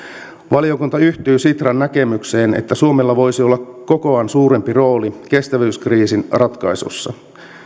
valiokunta yhtyy sitran näkemykseen että suomella voisi olla kokoaan suurempi rooli kestävyyskriisin ratkaisussa